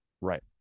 right